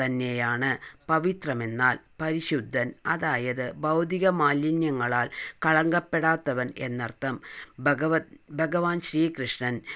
തന്നെയാണ് പവിത്രമെന്നാൽ പരിശുദ്ധൻ അതായത് ബൗദ്ധികമാലിന്യങ്ങളാൽ കളങ്കപ്പെടാത്തവൻ എന്നർത്ഥം ഭഗവത് ഭഗവാൻ ശ്രീകൃഷ്ണൻ